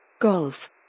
Golf